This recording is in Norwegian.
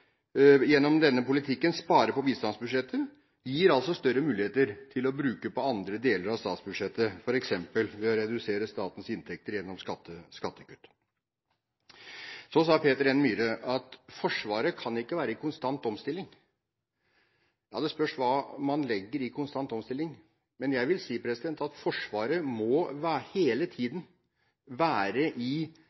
gjennom denne politikken sparer på bistandsbudsjettet, gir større muligheter til å bruke dem på andre deler av statsbudsjettet, f.eks. ved å redusere statens inntekter gjennom skattekutt. Så sa Peter N. Myhre at Forsvaret kan ikke være i konstant omstilling. Det spørs hva man legger i «konstant omstilling». Jeg vil si at Forsvaret må hele tiden være i